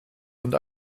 und